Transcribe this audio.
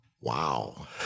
Wow